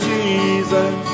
Jesus